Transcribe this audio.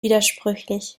widersprüchlich